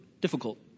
difficult